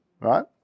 right